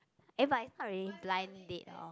eh but it's not really blind date or